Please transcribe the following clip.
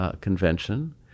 convention